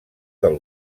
del